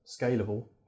Scalable